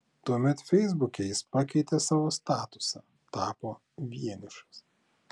tuomet feisbuke jis pakeitė savo statusą tapo vienišas